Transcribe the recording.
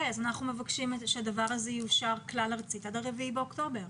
אנחנו מבקשים שהדבר הזה יאושר כלל ארצית עד ה-4 באוקטובר.